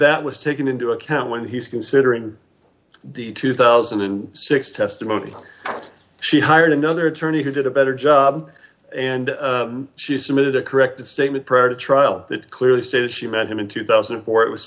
that was taken into account when he's considering the two thousand and six testimony she hired another attorney who did a better job and she submitted a corrected statement prior to trial that clearly stated she met him in two thousand and four it was